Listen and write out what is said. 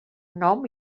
nom